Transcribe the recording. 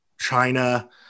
China